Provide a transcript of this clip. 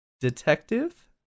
detective